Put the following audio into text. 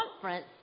conference